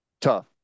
Tough